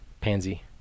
Pansy